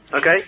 okay